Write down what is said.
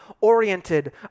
oriented